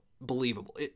believable